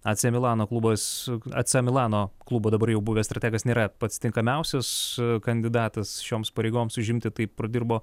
ac milano klubas su ac milano klubo dabar jau buvęs strategas nėra pats tinkamiausias kandidatas šioms pareigoms užimti taip pradirbo